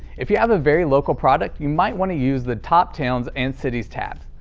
if you have a very local product, you might want to use the top towns and cities tab,